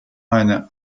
eine